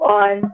on